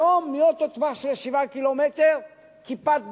היום, מאותו טווח של 7 קילומטרים, "כיפת ברזל"